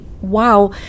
wow